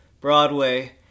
Broadway